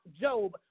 job